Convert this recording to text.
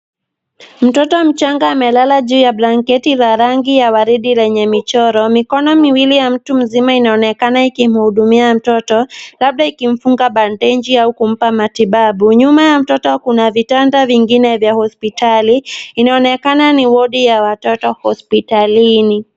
Mtoto mchanga amelala juu ya blanketi za ragi ya waridi lenye michoro, mikono miwili ya mtu mzima inaonekana ikimhudumia mtoto, labda ikimfunga bandeji au kumpa matibabu, nyuma ya mtoto kuna vitanda vingine vya hospitali, inaonekana ni wodi ya watoto hospitalini.